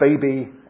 baby